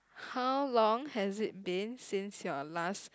how long has it been since your last